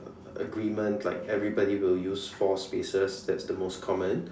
agreement like everybody will use four spaces that's the most common